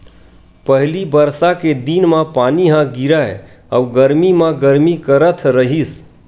पहिली बरसा के दिन म पानी ह गिरय अउ गरमी म गरमी करथ रहिस